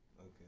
Okay